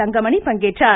தங்கமணி பங்கேற்றார்